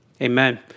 Amen